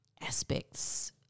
aspects